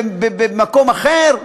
במקום אחר?